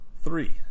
three